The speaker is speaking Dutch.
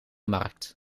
markt